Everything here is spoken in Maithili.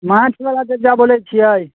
माछवला चचा बोलै छियै